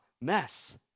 mess